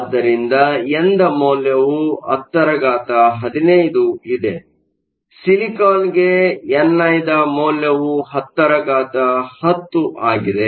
ಆದ್ದರಿಂದ ಎನ್ದ ಮೌಲ್ಯವು 1015 ಇದೆ ಸಿಲಿಕಾನ್ ಗೆ ಎನ್ಐ ದ ಮೌಲ್ಯ ವು 1010 ಆಗಿದೆ